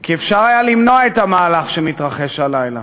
כי אפשר היה למנוע את המהלך שמתרחש הלילה,